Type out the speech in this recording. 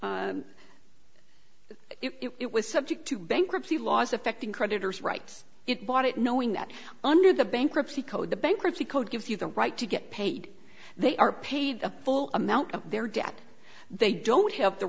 sorry it was subject to bankruptcy laws affecting creditors rights it bought it knowing that under the bankruptcy code the bankruptcy code gives you the right to get paid they are paid the full amount of their debt they don't have the